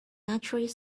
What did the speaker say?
naturally